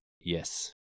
Yes